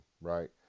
right